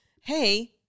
hey